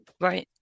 Right